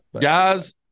Guys